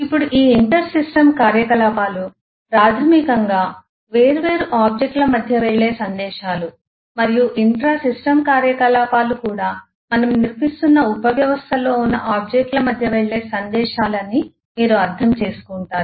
ఇప్పుడు ఈ ఇంటర్సిస్టమ్ కార్యకలాపాలు ప్రాథమికంగా వేర్వేరు ఆబ్జెక్ట్ ల మధ్య వెళ్లే సందేశాలు మరియు ఇంట్రా సిస్టమ్ కార్యకలాపాలు కూడా మనం నిర్మిస్తున్న ఉపవ్యవస్థ లో ఉన్న ఆబ్జెక్ట్ ల మధ్య వెళ్లే సందేశాలు అని మీరు అర్థం చేసుకుంటారు